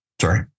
Sorry